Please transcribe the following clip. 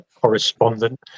correspondent